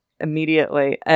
immediately